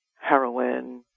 heroin